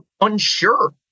unsure